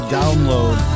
download